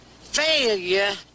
failure